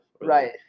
right